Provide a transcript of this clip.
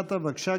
בבקשה,